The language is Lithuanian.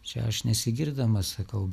čia aš nesigirdamas sakau